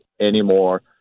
anymore